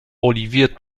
olivier